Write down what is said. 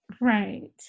Right